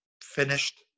finished